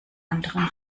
anderen